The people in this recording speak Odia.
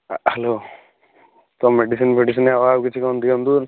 ହ୍ୟାଲୋ ତ ମେଡ଼ିସିନ୍ ଫେଡ଼ିସିନ୍ ଆଉ କିଛି କ'ଣ ଦିଅନ୍ତୁ